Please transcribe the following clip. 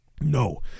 No